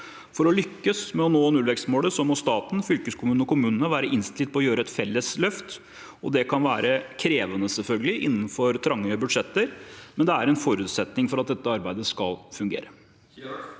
For å lykkes med å nå nullvekstmålet må staten, fylkeskommunene og kommunene være innstilt på å gjøre et felles løft. Det kan selvfølgelig være krevende innenfor trange budsjetter, men det er en forutsetning for at dette arbeidet skal fungere.